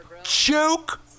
Joke